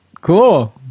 Cool